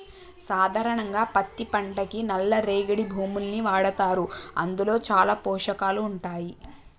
సాధారణంగా పత్తి పంటకి నల్ల రేగడి భూముల్ని వాడతారు అందులో చాలా పోషకాలు ఉంటాయి